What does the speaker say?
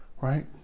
right